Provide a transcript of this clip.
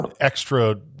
extra